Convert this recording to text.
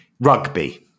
rugby